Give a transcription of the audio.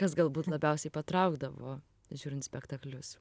kas galbūt labiausiai patraukdavo žiūrint spektaklius